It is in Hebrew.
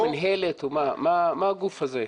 זו ועדה או מִנהלת, מה הגוף הזה?